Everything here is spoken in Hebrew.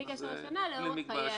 בלי קשר לשנה, לאורך חיי התיק.